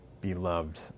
beloved